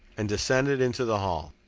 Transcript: and descended into the hall.